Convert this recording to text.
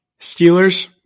Steelers